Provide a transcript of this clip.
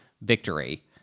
victory